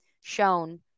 shown